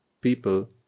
people